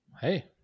hey